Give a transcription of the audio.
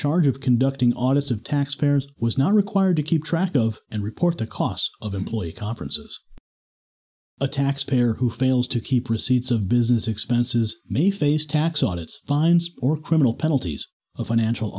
charge of conducting audit of taxpayers was not required to keep track of and report the cost of employee conferences a taxpayer who fails to keep receipts of business expenses may face tax audits fines or criminal penalties a financial